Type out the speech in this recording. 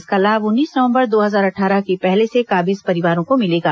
इसका लाभ उन्नीस नवंबर दो हजार अट्ठारह के पहले से काबिज परिवारों को मिलेगा